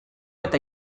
eta